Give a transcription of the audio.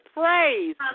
praise